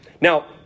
Now